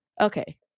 Okay